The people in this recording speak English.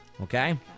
Okay